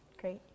Great